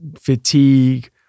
fatigue